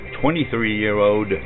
23-year-old